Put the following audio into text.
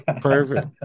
perfect